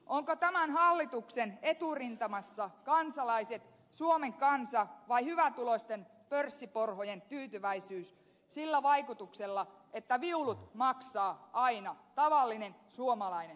onko tämän hallituksen eturintamassa suomen kansa vai hyvätuloisten pörssiporhojen tyytyväisyys sillä vaikutuksella että viulut maksaa aina tavallinen suomalainen kansa